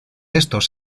estos